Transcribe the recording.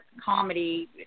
comedy